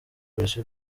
polisi